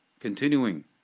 continuing